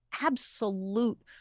absolute